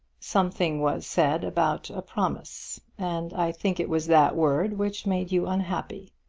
something was said about a promise, and i think it was that word which made you unhappy.